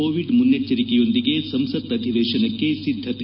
Covid ಮುನೈಚ್ವರಿಕೆಯೊಂದಿಗೆ ಸಂಸತ್ ಅಧಿವೇಶನಕ್ಕೆ ಸಿದ್ಗತೆ